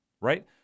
right